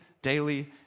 daily